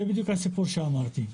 זה בדיוק הסיפור שאמרתי,